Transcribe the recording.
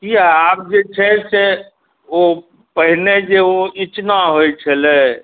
किए आब जे छै से पहिने जे ओ इचना होइ छलै